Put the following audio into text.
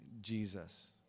Jesus